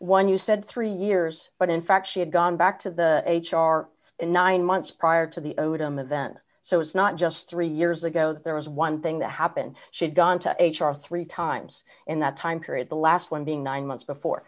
one you said three years but in fact she had gone back to the h r in nine months prior to the odom event so it's not just three years ago there was one thing that happened she had gone to h r three times in that time period the last one being nine months before